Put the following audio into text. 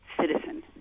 citizen